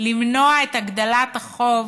למנוע את הגדלת החוב